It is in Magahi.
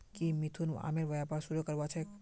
की मिथुन आमेर व्यापार शुरू करवार छेक